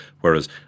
whereas